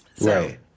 Right